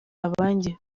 abandi